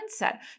mindset